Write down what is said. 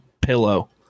pillow